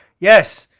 yes!